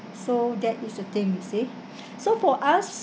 so that is the thing you see so for us